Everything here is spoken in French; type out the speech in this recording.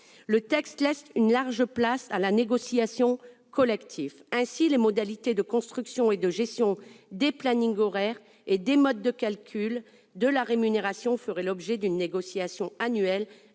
Le texte laisse une large place à la négociation collective. Ainsi, les modalités de construction et de gestion des emplois du temps et les modes de calcul de la rémunération feraient l'objet d'une négociation annuelle